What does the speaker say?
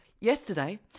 Yesterday